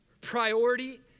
priority